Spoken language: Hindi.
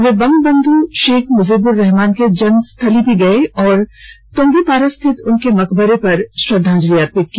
वे बंगबंध् शेख मुजीब्रेहमान के जन्मस्थल भी गए और तुंगीपारा स्थित उनके मकबरे पर श्रद्दांजलि अर्पित की